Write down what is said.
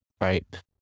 right